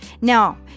Now